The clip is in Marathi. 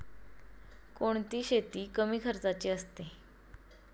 कोणती शेती कमी खर्चाची असते?